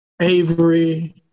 Avery